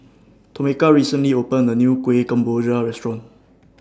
Tomeka recently opened A New Kuih Kemboja Restaurant